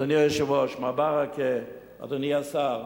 אדוני היושב-ראש, מר ברכה, אדוני השר,